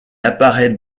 apparaît